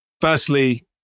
Firstly